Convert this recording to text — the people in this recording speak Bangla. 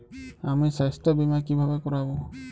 আমি স্বাস্থ্য বিমা কিভাবে করাব?